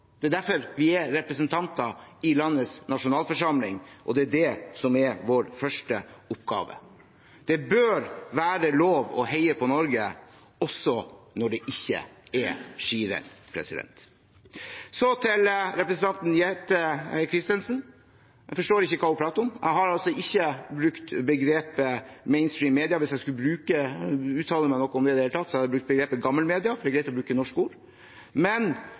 Det er derfor vi er representanter i landets nasjonalforsamling, og det er det som er vår første oppgave. Det bør være lov å heie på Norge også når det ikke er skirenn. Så til representanten Jette F. Christensen: Jeg forstår ikke hva hun prater om. Jeg har altså ikke brukt begrepet mainstream-media. Hvis jeg skulle uttale meg om det i det hele tatt, hadde jeg brukt begrepet gammelmedia, for det er greit å bruke